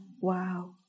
Wow